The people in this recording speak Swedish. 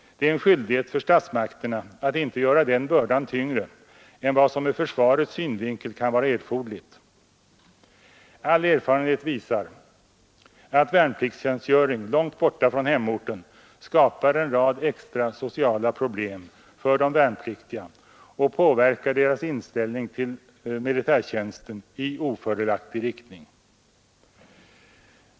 Det är en skyldighet för statsmakterna att inte göra den bördan tyngre än vad som ur försvarets synvinkel kan vara erforderligt. All erfarenhet visar att värnpliktstjänstgöring långt borta från hemorten skapar en rad extra sociala problem för de värnpliktiga och påverkar deras inställning till militärtjänsten i ofördelaktig riktning.